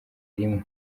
rimwe